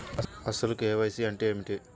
అసలు కే.వై.సి అంటే ఏమిటి?